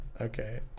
Okay